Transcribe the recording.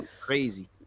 Crazy